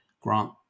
grant